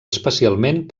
especialment